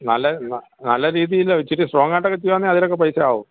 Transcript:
നല്ല നല്ല രീതിയിൽ ഇച്ചിരി സ്ട്രോങ് ആയിട്ടു ഒക്കെ ചെയ്യുവാന്നേ അതിനൊക്കെ നല്ല പൈസ ആവും